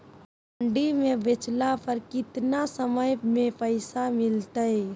मंडी में बेचला पर कितना समय में पैसा मिलतैय?